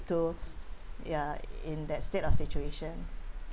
to ya in that state of situation